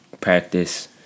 practice